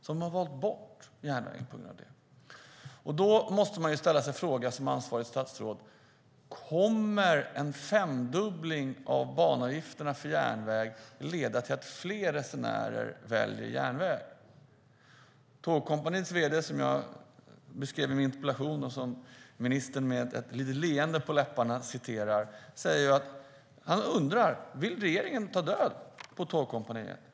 Då måste man som ansvarigt statsråd ställa sig frågan: Kommer en femdubbling av banavgifterna för järnväg att leda till att fler resenärer väljer järnväg? Med ett litet leende på läpparna citerade ministern Tågkompaniets vd, och jag hänvisade till honom i en interpellation. Han undrar om regeringen vill ta död på Tågkompaniet.